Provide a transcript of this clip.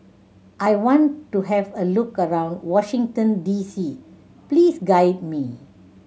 I want to have a look around Washington D C please guide me